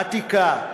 עתיקה,